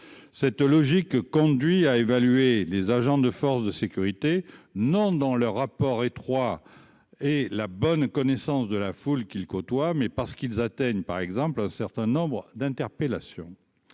cette logique conduit à évaluer les agents de forces de sécurité non dans leur rapport étroit et la bonne connaissance de la foule qu'il côtoie, mais parce qu'ils atteignent par exemple un certain nombre d'interpellations,